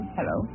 Hello